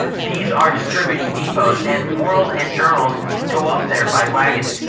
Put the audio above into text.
these are distributing depots and worlds and journals go up there by wagon.